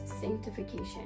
sanctification